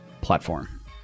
platform